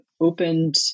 opened